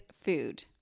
food